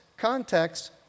context